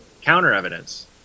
counter-evidence